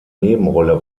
nebenrolle